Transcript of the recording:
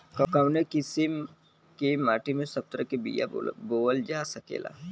कवने किसीम के माटी में सब तरह के बिया बोवल जा सकेला?